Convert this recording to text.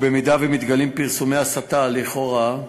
ואם מתגלים פרסומי הסתה, לכאורה,